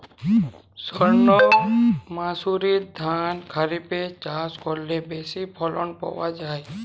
সর্ণমাসুরি ধান খরিপে চাষ করলে বেশি ফলন পাওয়া যায়?